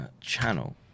channel